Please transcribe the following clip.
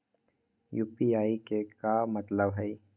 UPI के का मतलब हई?